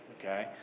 Okay